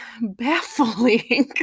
baffling